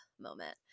moment